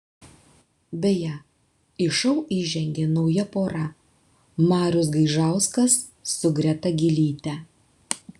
beje į šou įžengė nauja pora marius gaižauskas su greta gylyte